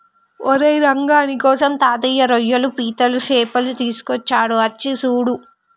ఓరై రంగ నీకోసం తాతయ్య రోయ్యలు పీతలు సేపలు తీసుకొచ్చాడు అచ్చి సూడు